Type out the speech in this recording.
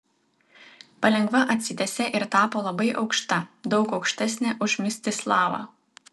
palengva atsitiesė ir tapo labai aukšta daug aukštesnė už mstislavą